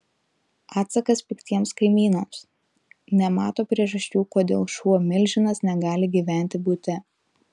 atsakas piktiems kaimynams nemato priežasčių kodėl šuo milžinas negali gyventi bute